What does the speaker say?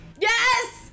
Yes